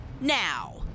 now